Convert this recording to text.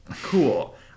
cool